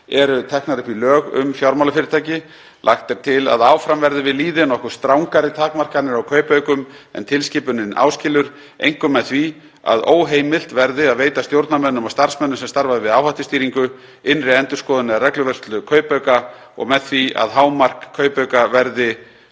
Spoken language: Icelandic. eru teknar upp í lög um fjármálafyrirtæki. Lagt er til að áfram verði við lýði nokkuð strangari takmarkanir á kaupaukum en tilskipunin áskilur, einkum með því að óheimilt verði að veita stjórnarmönnum og starfsmönnum sem starfa við áhættustýringu, innri endurskoðun eða regluvörslu kaupauka og með því að hámark kaupauka verði